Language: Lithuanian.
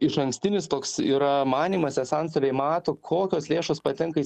išankstinis toks yra manymas esą antstoliai mato kokios lėšos patenka į